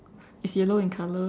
is yellow in color